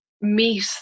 meet